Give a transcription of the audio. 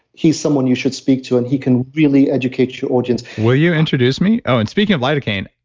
he's someone you should speak to and he can really educate your audience will you introduce me? oh, and speaking of lidocaine,